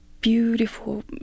beautiful